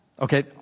Okay